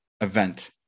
event